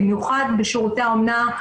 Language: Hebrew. במיוחד בשירותי האומנה,